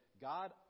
God